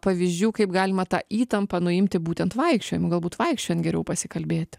pavyzdžių kaip galima tą įtampą nuimti būtent vaikščiojimu galbūt vaikščiojant geriau pasikalbėti